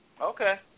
Okay